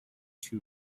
two